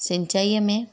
सिंचाईअ में